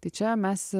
tai čia mes